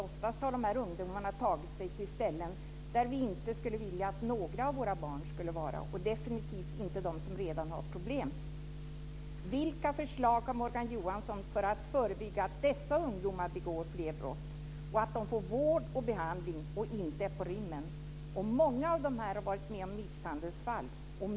Ofta har de här ungdomarna tagit sig till ställen där vi inte skulle vilja att några barn var, och definitivt inte de som redan har problem. Många av dem har varit med om misshandel.